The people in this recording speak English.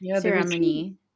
ceremony